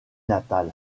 natal